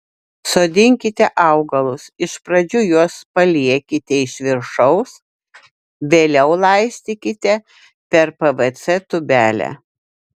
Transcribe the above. sodinkite augalus iš pradžių juos paliekite iš viršaus vėliau laistykite per pvc tūbelę